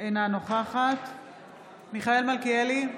אינה נוכחת מיכאל מלכיאלי,